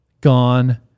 Gone